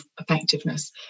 effectiveness